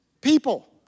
People